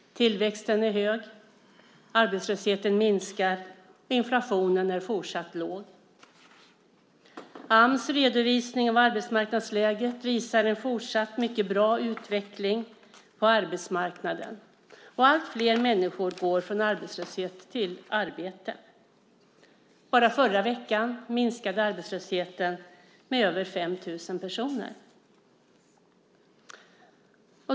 Tillväxten är hög, arbetslösheten minskar och inflationen är fortsatt låg. Ams redovisning av arbetsmarknadsläget visar en fortsatt mycket bra utveckling på arbetsmarknaden, och alltfler människor går från arbetslöshet till arbete. Bara förra veckan minskade arbetslösheten med över 5 000 personer.